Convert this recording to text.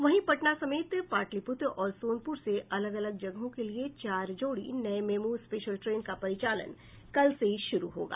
वहीं पटना समेत पाटलिप्त्र और सोनपूर से अलग अलग जगहों के लिए चार जोड़ी नये मेमू स्पेशल ट्रेन का परिचालन कल से शुरू होगा